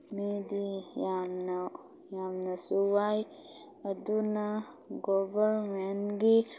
ꯃꯤꯗꯤ ꯌꯥꯝꯅ ꯌꯥꯝꯅꯁꯨ ꯋꯥꯏ ꯃꯗꯨꯅ ꯒꯣꯕꯔꯃꯦꯟꯒꯤ